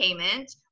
payment